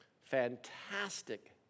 fantastic